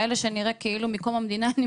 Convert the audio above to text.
שנראות כמו מקום המדינה.